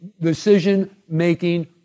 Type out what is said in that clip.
decision-making